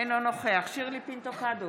אינו נוכח שירלי פינטו קדוש,